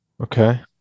Okay